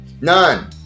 None